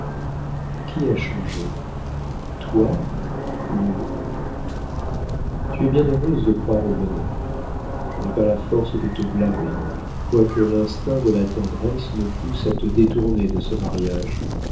qui a changé toi ou eux tu es bien heureuse de croire au bonheur je n'ai pas la force de te blâmer quoique l'instinct de la tendresse me pousse à te détourner de ce mariage